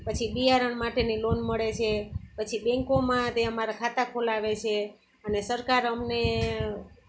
પછી બિયારણ માટેની લોન મળે છે પછી બેન્કોમાં તે અમારા ખાતા ખોલાવે છે અને સરકાર અમને